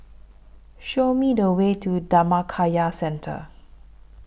Show Me The Way to Dhammakaya Centre